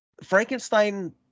Frankenstein